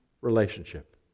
Relationship